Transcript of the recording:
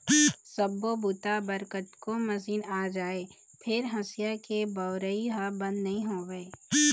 सब्बो बूता बर कतको मसीन आ जाए फेर हँसिया के बउरइ ह बंद नइ होवय